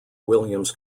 williams